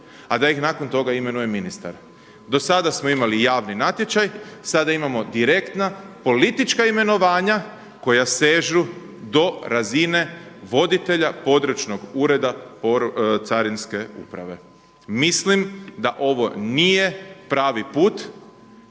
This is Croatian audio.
a da ih nakon toga imenuje ministar. Do sada smo imali javni natječaj. Sada imamo direktna, politička imenovanja koja sežu do razine voditelja područnog ureda carinske uprave. Mislim da ovo nije pravi put,